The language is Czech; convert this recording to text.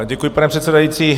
Děkuji, pane předsedající.